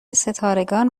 ستارگان